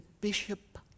Bishop